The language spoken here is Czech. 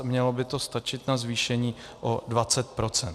Mělo by to stačit na zvýšení o 20 %.